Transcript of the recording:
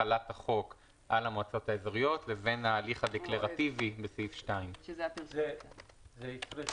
החלת החוק על המועצות האזוריות לבין ההליך הדקלרטיבי לסעיף 2. זה הצריך